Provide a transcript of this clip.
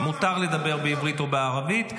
מותר לדבר בעברית או בערבית.